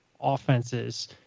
offenses